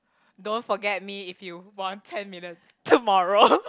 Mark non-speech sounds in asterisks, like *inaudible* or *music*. don't forget me if you won ten million tomorrow *noise*